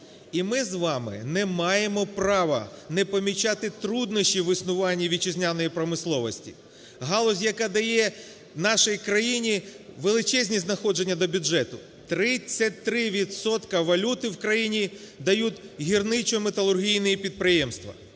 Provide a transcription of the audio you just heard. І ми з вами не маємо права не помічати труднощі в існуванні вітчизняної промисловості. Галузь, яка дає нашій країні величезні надходження до бюджету: 33 відсотки валюти в країні дають гірничо-металургійні підприємства.